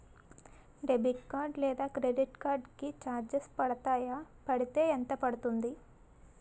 Debit card లేదా credit card కి charges పడతాయా? పడితే ఎంత పడుతుంది?